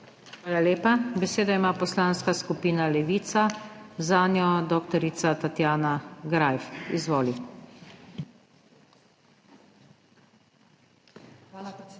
Hvala lepa. Besedo ima Poslanska skupina Levica, zanjo dr. Tatjana Greif. Izvoli.